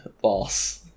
boss